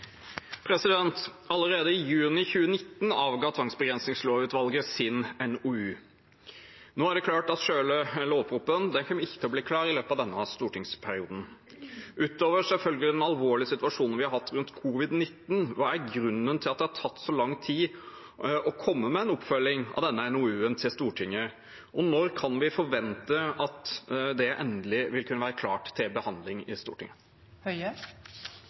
klart at selve lovproposisjonen ikke kommer til å bli klar i løpet av denne stortingsperioden. Utover den alvorlige situasjonen vi har hatt rundt covid-19 selvfølgelig, hva er grunnen til at det har tatt så lang tid å komme med en oppfølging av denne NOU-en til Stortinget, og når kan vi forvente at det endelig vil kunne være klart til behandling i